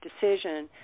decision